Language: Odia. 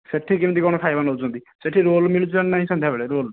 ସେଇଠି କେମିତି କ'ଣ ଖାଇବା ନେଉଛନ୍ତି ସେଇଠି ରୋଲ ମିଳୁଛି ନାହିଁ ସନ୍ଧ୍ୟାବେଳେ ରୋଲ